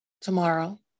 tomorrow